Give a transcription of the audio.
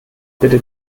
bitte